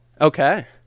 okay